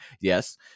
yes